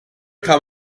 kam